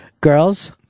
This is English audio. Girls